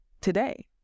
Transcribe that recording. today